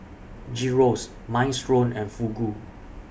Gyros Minestrone and Fugu